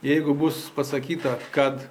jeigu bus pasakyta kad